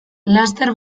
laster